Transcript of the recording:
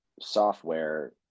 software